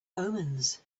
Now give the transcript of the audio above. omens